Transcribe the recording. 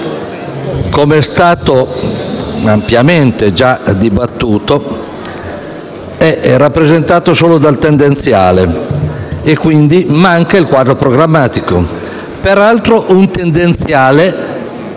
come è stato ampiamente già dibattuto, è rappresentato solo dal tendenziale e quindi manca il quadro programmatico. Peraltro un tendenziale